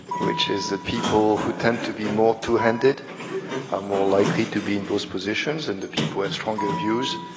which is, the people who tend to be more two-handed are more likely to be in those positions than and the people who have stronger views,